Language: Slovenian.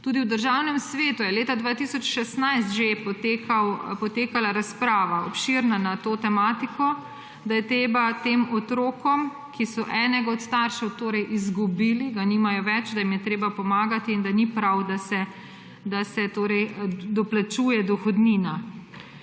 Tudi v Državnem svetu je leta 2016 že potekala obširna razprava na to tematiko, da je treba tem otrokom, ki so enega od staršev izgubili, ga nimajo več, da jim je treba pomagati in da ni prav, da se doplačuje dohodnina.